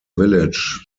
village